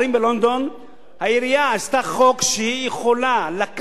העירייה עשתה חוק שהיא יכולה לקחת את הדירה מבעל-הבית,